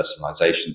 personalization